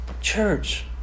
Church